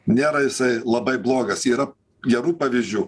nėra jisai labai blogas yra gerų pavyzdžių